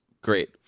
great